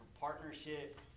partnership